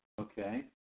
Okay